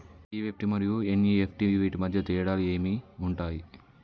EFT మరియు NEFT వీటి మధ్య తేడాలు ఏమి ఉంటాయి?